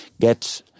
get